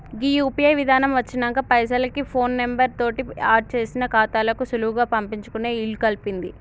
గీ UPI విధానం వచ్చినంక పైసలకి ఫోన్ నెంబర్ తోటి ఆడ్ చేసిన ఖాతాలకు సులువుగా పంపించుకునే ఇలుకల్పింది